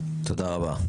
תודה רבה.